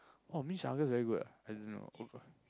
!wah! means Argus very good ah as in